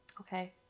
Okay